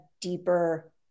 deeper